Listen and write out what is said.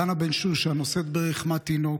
דנה בן שושן נושאת ברחמה תינוק,